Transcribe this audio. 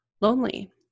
lonely